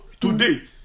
today